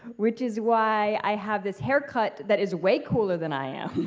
which is why i have this haircut that is way cooler than i am